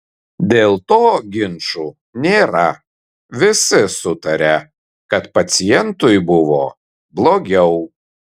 dėl to ginčų nėra visi sutaria kad pacientui buvo blogiau